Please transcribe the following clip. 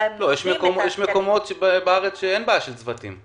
יש מקומות בארץ שאין בהם בעיה של צוותים.